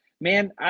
Man